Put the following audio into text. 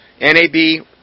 NAB